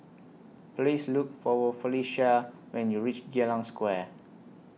Please Look For Wo Felicia when YOU REACH Geylang Square